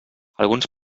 alguns